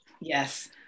yes